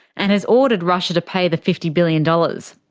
and has ordered russia to pay the fifty billion dollars.